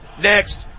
Next